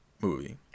movie